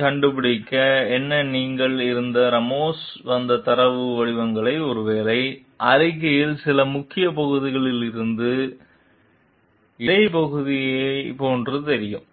கண்டுபிடிக்க என்ன நீங்கள் இந்த ராமோஸ் வந்து தரவு வடிவங்கள் ஒருவேளை அறிக்கை சில முக்கிய பகுதியில் இருந்து போன்ற இடை பகுதியை போன்ற தெரியும்